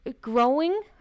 growing